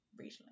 regionally